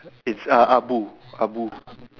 it's uh abu abu